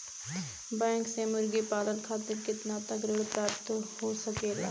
Bank से मुर्गी पालन खातिर कितना तक ऋण प्राप्त हो सकेला?